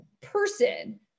person